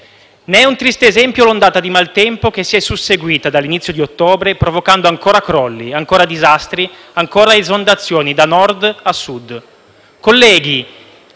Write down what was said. Ne è un triste esempio l’ondata di maltempo che si è susseguita dall’inizio di ottobre provocando ancora crolli, ancora disastri, ancora esondazioni da Nord a Sud.